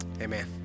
amen